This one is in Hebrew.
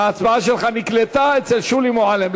ההצבעה שלך נקלטה אצל שולי מועלם.